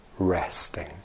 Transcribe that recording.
Resting